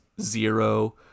zero